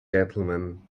gentlemen